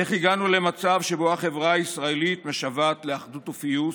איך הגענו למצב שבו החברה הישראלית משוועת לאחדות ופיוס,